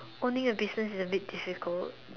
only the difference is a bit difficult